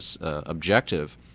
objective